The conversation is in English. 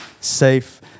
safe